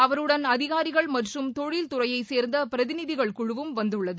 அவருடன் அதிகாரிகள் மற்றும் தொழில் துறையைச்சேர்ந்த பிரதிநிதிகள் குழுவும் வந்துள்ளது